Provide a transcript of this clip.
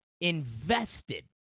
invested